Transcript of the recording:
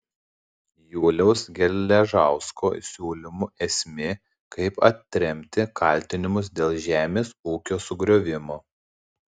juliaus geležausko siūlymų esmė kaip atremti kaltinimus dėl žemės ūkio sugriovimo